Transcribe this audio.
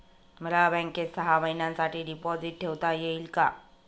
मला बँकेत सहा महिन्यांसाठी डिपॉझिट ठेवता येईल का?